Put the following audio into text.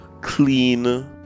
clean